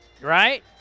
right